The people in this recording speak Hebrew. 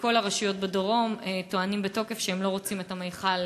וכל הרשויות בדרום טוענות בתוקף שהן לא רוצות את המכל,